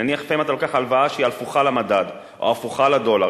לפעמים אתה לוקח הלוואה שהיא הפוכה למדד או הפוכה לדולר.